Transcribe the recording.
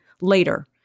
later